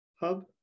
hub